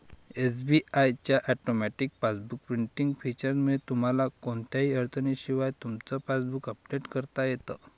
SBI च्या automatic passbook printing फीचरमुळे तुम्हाला कोणत्याही अडचणीशिवाय तुमचं पासबुक अपडेट करता येतं